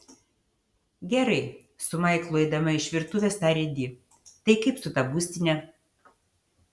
gerai su maiklu eidama iš virtuvės tarė di tai kaip su ta būstine